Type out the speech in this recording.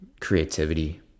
creativity